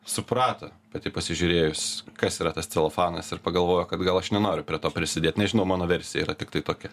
suprato pati pasižiūrėjus kas yra tas celofanas ir pagalvojo kad gal aš nenoriu prie to prisidėt nežinau mano versija yra tiktai tokia